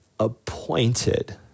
appointed